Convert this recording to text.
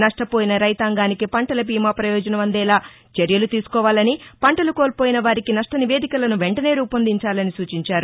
నష్షపోయిన రైతాంగానికి పంటలబీమా పయోజనం అందేలా చర్యలు తీసుకోవాలని పంటలు కోల్పోయిన వారికి నష్ణ నివేదికలను వెంటనే రూపొందించాలని సూచించారు